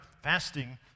fasting